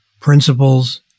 principles